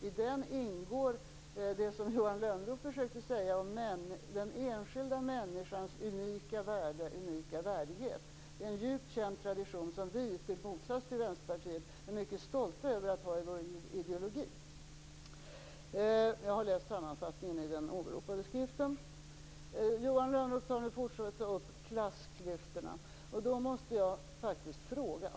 I den ingår det som Johan Lönnroth försökte säga om den enskilda människans unika värde och unika värdighet. Det är en djupt känd tradition som Folkpartiet är mycket stolta över att, i motsats till Vänsterpartiet, ha i vår ideologi. Jag har läst sammanfattningen i den åberopade skriften. Johan Lönnroth fortsätter att ta upp frågan om klassklyftorna.